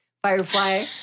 firefly